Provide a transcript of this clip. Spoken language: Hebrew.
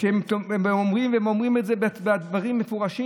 והם אומרים את זה, אומרים דברים מפורשים: